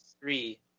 three